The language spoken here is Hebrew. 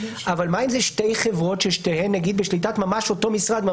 אבל מה אם זה שתי חברות ששתיהן בשליטת ממש אותו משרד?